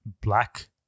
black